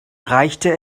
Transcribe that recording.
reichte